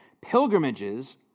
Pilgrimages